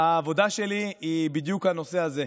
העבודה שלי היא בדיוק בנושא הזה.